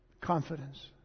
confidence